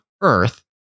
earth